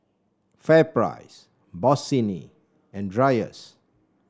FairPrice Bossini and Dreyers